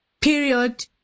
period